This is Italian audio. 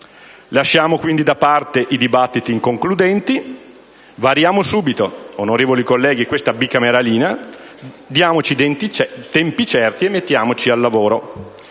Lasciamo, quindi, da parte i dibattiti inconcludenti. Variamo subito, onorevoli colleghi, questa bicameralina, diamoci tempi certi e mettiamoci al lavoro.